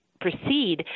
proceed